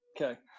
okay